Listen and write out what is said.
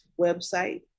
website